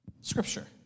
Scripture